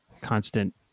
constant